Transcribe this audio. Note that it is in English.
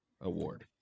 award